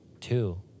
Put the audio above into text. Two